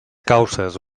causes